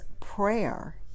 Prayer